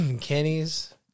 Kenny's